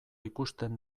ikusten